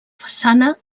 façana